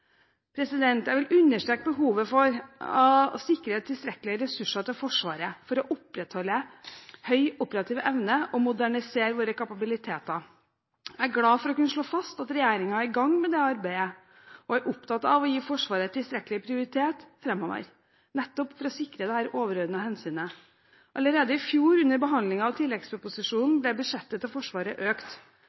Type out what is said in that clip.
Jeg vil understreke behovet for å sikre tilstrekkelige ressurser til Forsvaret, for å opprettholde høy operativ evne og for å modernisere våre kapabiliteter. Jeg er glad for å kunne slå fast at regjeringen er i gang med det arbeidet og er opptatt av å gi Forsvaret tilstrekkelig prioritet framover, nettopp for å sikre dette overordnede hensynet. Allerede i fjor, under behandlingen av tilleggsproposisjonen, ble budsjettet til Forsvaret økt.